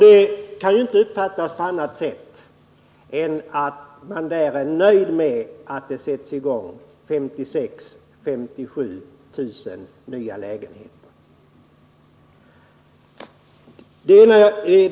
Det kan inte uppfattas på annat sätt än att man där är nöjd med att det sätts i gång 56 000-57 000 nya lägenheter.